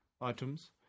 items